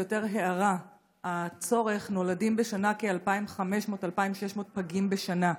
זו יותר הערה: נולדים כ-2,500 2,600 פגים בשנה.